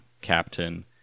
captain